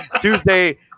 Tuesday